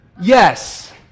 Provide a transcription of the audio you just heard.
yes